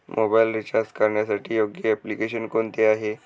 Mobile recharge करण्यासाठी योग्य application कोणते आहे?